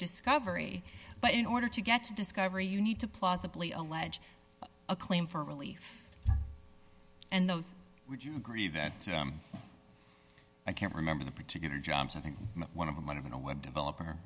discovery but in order to get to discovery you need to plausibly allege a claim for relief and those would you agree that i can't remember the particular jobs i think one of them might have in a web developer